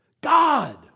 God